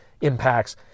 impacts